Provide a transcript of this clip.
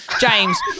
James